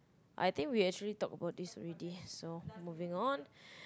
I think we actually talk about this already so moving on